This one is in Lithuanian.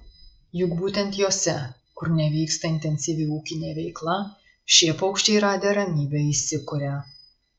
juk būtent jose kur nevyksta intensyvi ūkinė veikla šie paukščiai radę ramybę įsikuria